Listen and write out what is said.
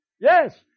Yes